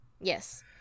Yes